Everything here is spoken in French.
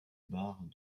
barres